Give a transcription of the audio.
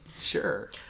Sure